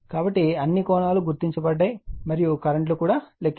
కాబట్టి అన్ని కోణాలు గుర్తించబడతాయి మరియు కరెంట్ లు కూడా లెక్కించబడతాయి